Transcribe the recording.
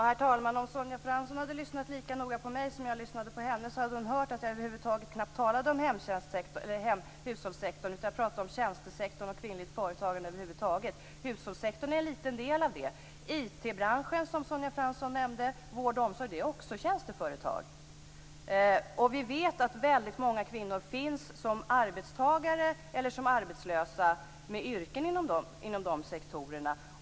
Herr talman! Om Sonja Fransson hade lyssnat lika noga på mig som jag lyssnade på henne hade hon hört att jag knappt talade om hushållssektorn. Jag pratade om tjänstesektorn och kvinnligt företagande över huvud taget. Hushållssektorn är en liten del av det. IT-branschen, som Sonja Fransson nämnde, och vård och omsorg är också tjänsteföretag. Vi vet att väldigt många kvinnor finns som arbetstagare eller som arbetslösa med yrken inom de sektorerna.